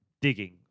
digging